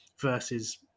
versus